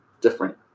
different